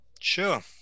Sure